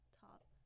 top